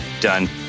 done